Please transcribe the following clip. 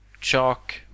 Chalk